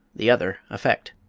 the other effect.